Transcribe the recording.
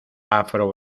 afro